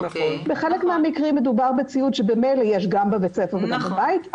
בחלק מן המקרים מדובר בציוד שממילא יש גם בבית הספר וגם בבית,